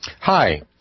Hi